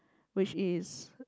which is